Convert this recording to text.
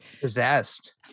Possessed